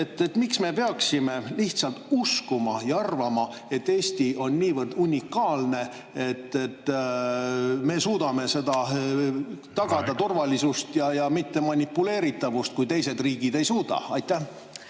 Miks me peaksime uskuma ja arvama, et Eesti on niivõrd unikaalne, et me suudame tagada turvalisuse ja mittemanipuleeritavuse, kui teised riigid ei suuda? Aitäh!